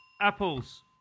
apples